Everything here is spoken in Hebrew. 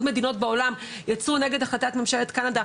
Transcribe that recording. מדינות בעולם יצאו נגד החלטת ממשלת קנדה,